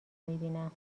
میبینم